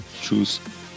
Choose